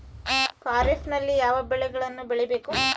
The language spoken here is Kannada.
ಖಾರೇಫ್ ನಲ್ಲಿ ಯಾವ ಬೆಳೆಗಳನ್ನು ಬೆಳಿಬೇಕು?